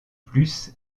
plus